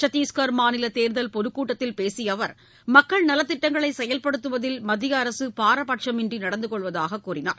சத்தீஷ்கர் மாநில தேர்தல் பொதுக்கூட்டத்தில் பேசிய அவர் மக்கள் நலத்திட்டங்களை செயல்படுத்துவதில் மத்திய அரசு பாரபட்சமின்றி நடந்து கொள்வதாக கூறினார்